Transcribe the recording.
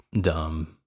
dumb